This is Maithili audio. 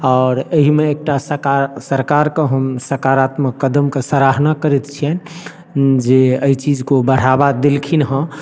आओर अहिमे एकटा सका सरकारके एकटा सकारात्मक कदमके सराहना करैत छियनि जे अइ चीजके ओ बढ़ावा देलखिन हँ